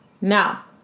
Now